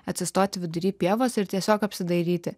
atsistoti vidury pievos ir tiesiog apsidairyti